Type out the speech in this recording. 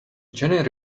jenny